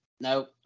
Nope